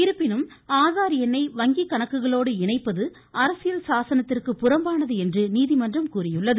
இருப்பினும் ஆதார் எண்ணை வங்கி கணக்குகளோடு இணைப்பது அரசியல் சாசனத்திற்கு புறம்பானது என்று நீதிமன்றம் கூறியுள்ளது